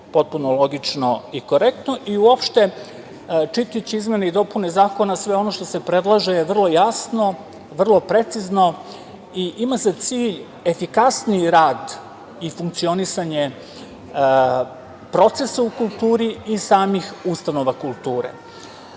potpuno logično i korektno. Uopšte, čitajući izmene i dopune zakona, sve ono što se predlaže je vrlo jasno, vrlo precizno i ima za cilj efikasniji rad i funkcionisanje procesa u kulturi i samih ustanova kulture.